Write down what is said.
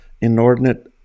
inordinate